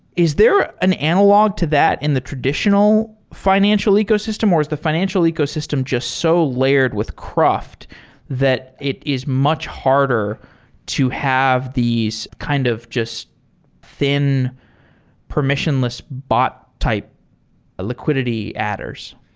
is there an analog to that in the traditional financial ecosystem or is the financial ecosystem just so layered with croft that it is much harder to have these kind of just thin permissionless bot type liquidity adders?